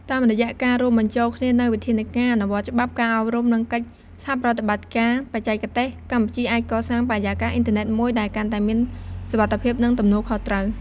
តាមរយៈការរួមបញ្ចូលគ្នានូវវិធានការអនុវត្តច្បាប់ ការអប់រំ និងកិច្ចសហប្រតិបត្តិការបច្ចេកទេស កម្ពុជាអាចកសាងបរិយាកាសអ៊ីនធឺណិតមួយដែលកាន់តែមានសុវត្ថិភាព និងទំនួលខុសត្រូវ។